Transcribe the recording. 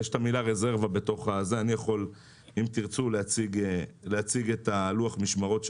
יש את המילה רזרבה אם תרצו להציג את לוח המשמרות שלהם.